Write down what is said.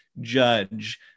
judge